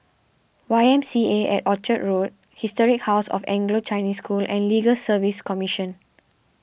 Y M C A at Orchard Historic House of Anglo Chinese School and Legal Service Commission